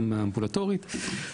גם אמבולטורית.